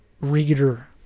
reader